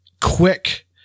quick